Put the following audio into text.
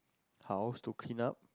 how to clean up